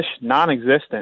non-existent